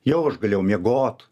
jau aš galėjau miegot